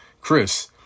Chris